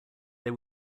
they